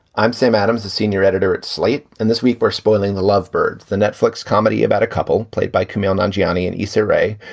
i'm sam adams, the senior editor at slate. and this week, we're spoiling the lovebird, the netflix comedy about a couple played by camille nanjiani and isa rae,